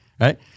Right